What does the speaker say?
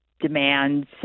demands